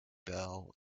bell